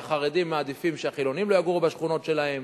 והחרדים מעדיפים שהחילונים לא יגורו בשכונות שלהם.